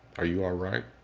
are you are alright?